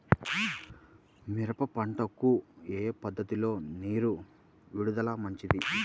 మిరప పంటకు ఏ పద్ధతిలో నీరు విడుదల మంచిది?